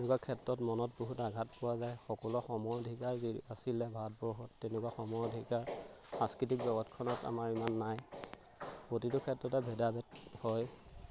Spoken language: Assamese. তেনেকুৱা ক্ষেত্ৰত মনত বহুত আঘাত পোৱা যায় সকলো সমঅধিকাৰ যি আছিলে ভাৰতবৰ্ষত তেনেকুৱা সমঅধিকাৰ সাংস্কৃতিক জগতখনত আমাৰ ইমান নাই প্ৰতিটো ক্ষেত্ৰতে ভেদাভেদ হয়